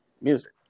music